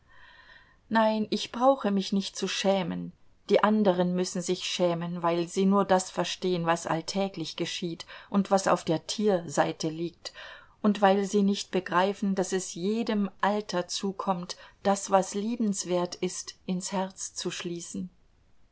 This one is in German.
nein ich brauche mich nicht zu schämen die anderen müssen sich schämen weil sie nur das verstehen was alltäglich geschieht und was auf der tierseite liegt und weil sie nicht begreifen daß es jedem alter zukommt das was liebenswert ist in's herz zu schließen